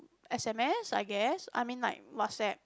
S_M_S I guess I mean like WhatsApp